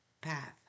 path